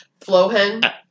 Flohen